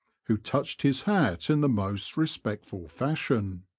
who touched his hat in the most respectful fashion.